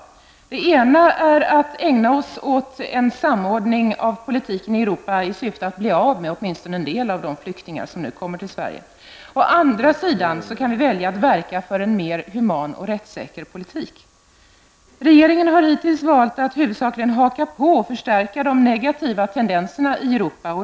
Det ena är att ägna oss åt en samordning av politiken i Europa i syfte att bli av med åtminstone en del av de många flyktingar som kommer till Sverige. Det andra är att verka för en mer human och rättssäker politik. Regeringen har hittills valt att huvudsakligen haka på och förstärka de negativa tendenserna i Europa.